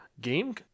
game